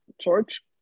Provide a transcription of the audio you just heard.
George